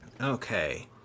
Okay